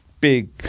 big